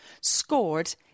scored